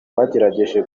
bagerageje